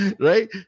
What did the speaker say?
Right